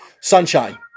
Sunshine